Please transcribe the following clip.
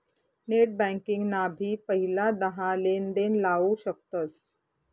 net banking ना भी पहिला दहा लेनदेण लाऊ शकतस